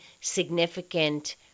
significant